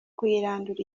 kuyirandura